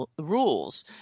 rules